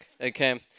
Okay